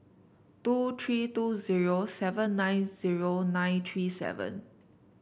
two three two zero seven nine zero nine three seven